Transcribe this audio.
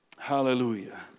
Hallelujah